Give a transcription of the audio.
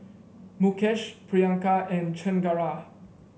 Mukesh Priyanka and Chengara